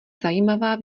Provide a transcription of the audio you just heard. zajímavá